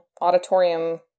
auditorium